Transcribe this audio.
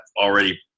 already